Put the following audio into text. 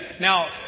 Now